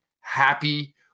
happy